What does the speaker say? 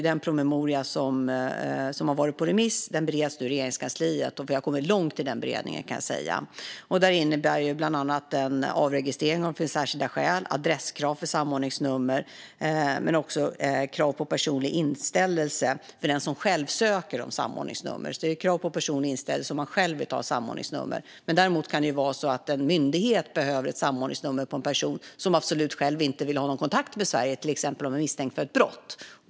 Den promemoria som har varit på remiss bereds nu i Regeringskansliet, och vi har kommit långt i den beredningen. Den innehåller bland annat förslag på avregistrering om det finns särskilda skäl, adresskrav för samordningsnummer och krav på personlig inställelse för den som själv ansöker om samordningsnummer. Det blir alltså krav på personlig inställelse om man själv vill ha ett samordningsnummer. Däremot kan det vara en myndighet som behöver ett samordningsnummer på en person som absolut inte själv vill ha någon kontakt med Sverige, till exempel om man är misstänkt för ett brott.